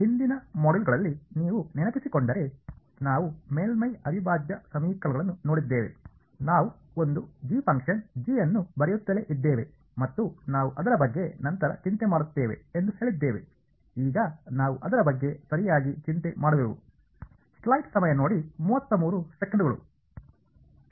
ಹಿಂದಿನ ಮಾಡ್ಯೂಲ್ಗಳಲ್ಲಿ ನೀವು ನೆನಪಿಸಿಕೊಂಡರೆ ನಾವು ಮೇಲ್ಮೈ ಅವಿಭಾಜ್ಯ ಸಮೀಕರಣಗಳನ್ನು ನೋಡಿದ್ದೇವೆ ನಾವು ಒಂದು g ಫಂಕ್ಷನ್ g ಅನ್ನು ಬರೆಯುತ್ತಲೇ ಇದ್ದೇವೆ ಮತ್ತು ನಾವು ಅದರ ಬಗ್ಗೆ ನಂತರ ಚಿಂತೆ ಮಾಡುತ್ತೇವೆ ಎಂದು ಹೇಳಿದ್ದೇವೆ ಈಗ ನಾವು ಅದರ ಬಗ್ಗೆ ಸರಿಯಾಗಿ ಚಿಂತೆ ಮಾಡುವೆವು